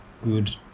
good